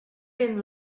been